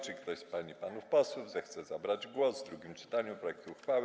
Czy ktoś z pań i panów posłów zechce zabrać głos w drugim czytaniu projektów uchwał?